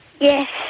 Yes